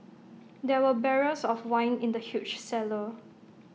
there were barrels of wine in the huge cellar